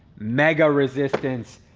mega resistance.